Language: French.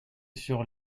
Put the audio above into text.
sur